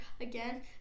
again